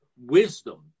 wisdom